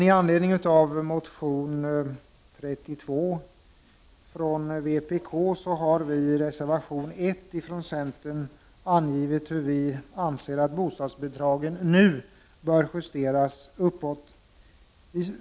I anledning av motion Bo32 från vpk har centern i reservation 1 angivit hur vi anser att bostadsbidragen nu bör justeras uppåt.